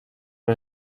los